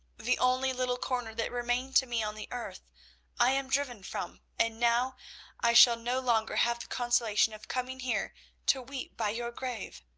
the only little corner that remained to me on the earth i am driven from, and now i shall no longer have the consolation of coming here to weep by your grave!